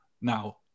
now